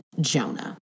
Jonah